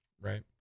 right